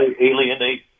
alienate